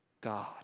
god